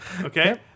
Okay